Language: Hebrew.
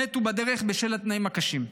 מתו בדרך בשל התנאים הקשים.